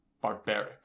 Barbaric